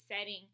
setting